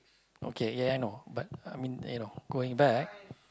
okay ya I know but you know going back